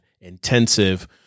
Intensive